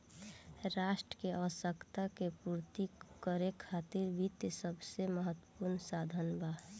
राष्ट्र के आवश्यकता के पूर्ति करे खातिर वित्त सबसे महत्वपूर्ण साधन बा